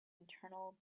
internal